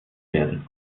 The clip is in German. werden